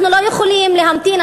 אנחנו לא יכולים להמתין,